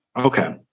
okay